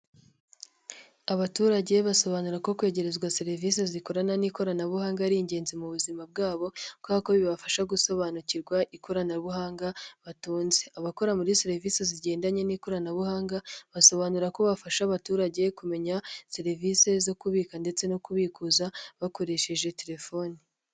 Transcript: Abaturage basobanura ko kwegerezwa serivisi z'ikorana n'ikoranabuhanga ari ingenzi mu buzima bwabo, kubera kobibafasha gusobanukirwa ikoranabuhanga batunze. Abakora muri serivisi zigendanye n'ikoranabuhanga basobanura ko bafasha abaturage kumenya serivisi zo kubika ndetse no kubikuza bakoresheje telefoni.